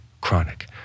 chronic